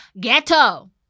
ghetto